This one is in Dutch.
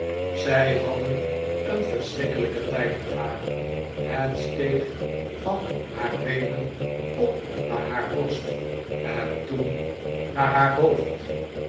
zij hadden een verschrikkelijken tijd met haar het steeg van haar beenen sofie en haar zusters op naar haar borst en toen naar haar hoofd